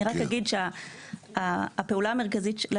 אני רק אגיד שהפעולה המרכזית שקורית היום,